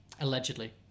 Allegedly